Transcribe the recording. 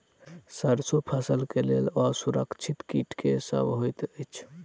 सैरसो फसल केँ लेल असुरक्षित कीट केँ सब होइत अछि?